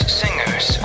singers